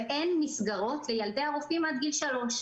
ואין מסגרות לילדי הרופאים עד גיל שלוש.